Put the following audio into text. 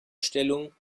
stellung